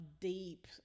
deep